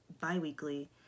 bi-weekly